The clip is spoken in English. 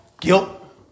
Guilt